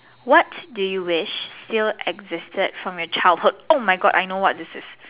what do you wish still existed from your childhood oh my God I know what this is